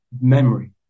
memory